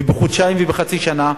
ובחודשיים ובחצי שנה,